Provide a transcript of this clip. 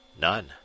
None